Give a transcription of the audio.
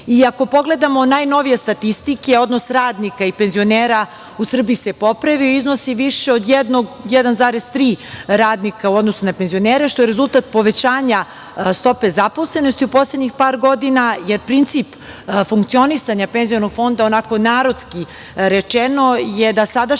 lica. Ako pogledamo najnovije statistike, odnos radnika i penzionera u Srbiji se popravio i iznosi više od 1,3 radnika u odnosu na penzionere, što je rezultat povećanja stope zaposlenosti u poslednjih par godina, jer princip funkcionisanja penzionog fonda, onako narodski rečeno, je da sadašnji zaposleni